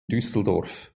düsseldorf